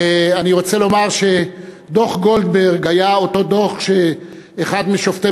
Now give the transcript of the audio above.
אני רוצה לומר שדוח גולדברג היה אותו דוח שאחד משופטי